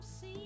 See